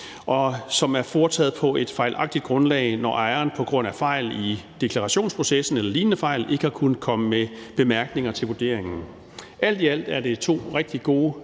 som er foretaget på et fejlagtigt grundlag, når ejeren på grund af fejl i deklarationsprocessen eller lignende ikke har kunnet komme med bemærkninger til vurderingen. Alt i alt er det to rigtig gode